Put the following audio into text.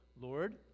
Lord